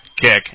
kick